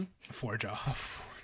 forge-off